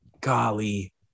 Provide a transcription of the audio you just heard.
golly